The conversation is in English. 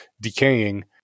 decaying